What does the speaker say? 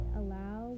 allow